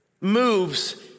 moves